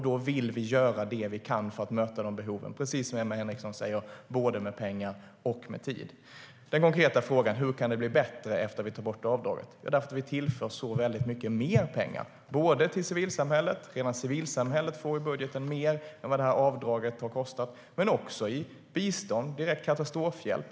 Då vill vi göra det vi kan för att möta de behoven, precis som Emma Henriksson säger, med både pengar och tid. Den konkreta frågan var: Hur kan det bli bättre efter att vi tar bort avdragsrätten? Jo, därför att vi tillför så mycket mer pengar, både till civilsamhället - civilsamhället får i budgeten mer än vad avdraget har kostat - och till bistånd och direkt katastrofhjälp.